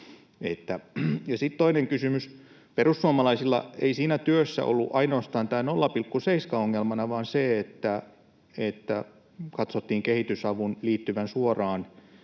sitten toinen kysymys. Perussuomalaisilla ei siinä työssä ollut ainoastaan tämä 0,7 ongelmana vaan se, että katsottiin kehitysavun liittyvän suoraan